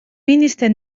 minister